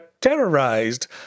terrorized